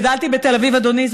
גדלתי בתל אביב, אדוני.